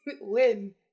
Win